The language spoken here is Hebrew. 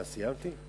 מה, סיימתי?